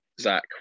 Zach